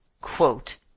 quote